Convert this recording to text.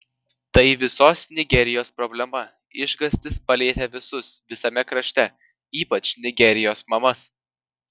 tai visos nigerijos problema išgąstis palietė visus visame krašte ypač nigerijos mamas